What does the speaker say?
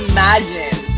Imagine